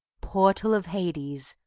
portal of hades,